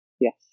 Yes